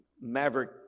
Maverick